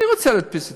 אני רוצה להדפיס עיתון.